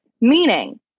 meaning